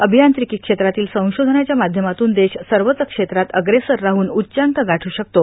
अभियांत्रिकी क्षेत्रातील संशोधनाच्या माध्यमातून देश सर्वच क्षेत्रात अग्रेसर राहून उच्चांक गाठू शकतो